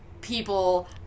people